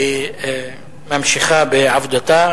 והיא ממשיכה בעבודתה.